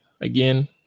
again